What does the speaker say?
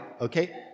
Okay